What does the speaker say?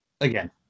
Again